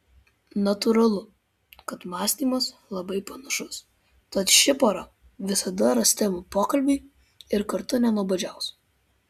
natūralu kad mąstymas labai panašus tad ši pora visada ras temų pokalbiui ir kartu nenuobodžiaus